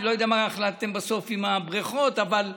אני לא יודע מה החלטתם בסוף עם הבריכות, אבל,